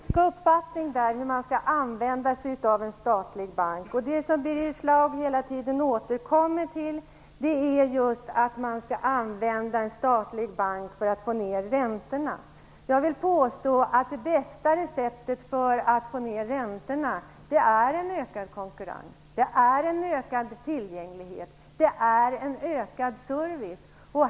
Herr talman! Vi har olika uppfattning om hur man skall använda sig av en statlig bank. Det som Birger Schlaug hela tiden återkommer till är just att man skall använda en statlig bank för att få ner räntorna. Jag vill påstå att det bästa receptet för att få ner räntorna är en ökad konkurrens, en ökad tillgänglighet och en ökad service.